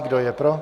Kdo je pro?